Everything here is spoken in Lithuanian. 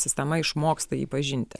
sistema išmoksta jį pažinti